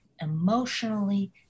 emotionally